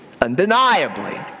Undeniably